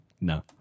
No